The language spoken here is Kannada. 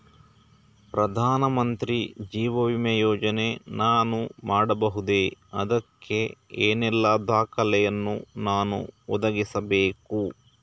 ಪ್ರಧಾನ ಮಂತ್ರಿ ಜೀವ ವಿಮೆ ಯೋಜನೆ ನಾನು ಮಾಡಬಹುದೇ, ಅದಕ್ಕೆ ಏನೆಲ್ಲ ದಾಖಲೆ ಯನ್ನು ನಾನು ಒದಗಿಸಬೇಕು?